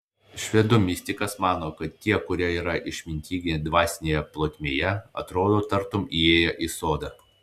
švedų mistikas mano kad tie kurie yra išmintingi dvasinėje plotmėje atrodo tartum įėję į sodą